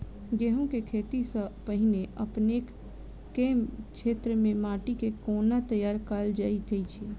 गेंहूँ केँ खेती सँ पहिने अपनेक केँ क्षेत्र मे माटि केँ कोना तैयार काल जाइत अछि?